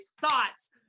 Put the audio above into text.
thoughts